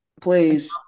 Please